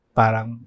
parang